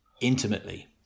intimately